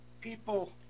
people